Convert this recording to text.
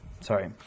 sorry